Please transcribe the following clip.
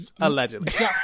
allegedly